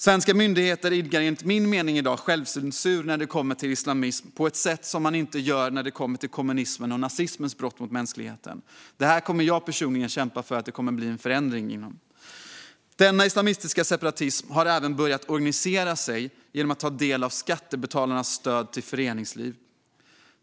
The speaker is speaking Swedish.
Svenska myndigheter idkar enligt min mening i dag självcensur när det kommer till islamism på ett sätt som man inte gör när det kommer till kommunismens och nazismens brott mot mänskligheten. Jag kommer personligen att kämpa för en förändring av detta. Denna islamistiska separatism har även börjat organisera sig genom att ta del av skattebetalarnas stöd till föreningsliv.